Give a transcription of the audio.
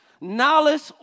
Knowledge